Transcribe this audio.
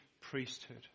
priesthood